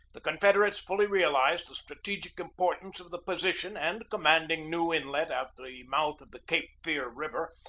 the confederates fully realized the strategic importance of the position, and commanding new inlet, at the mouth of the cape fear river,